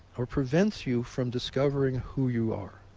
or prevents you from discovering who you are.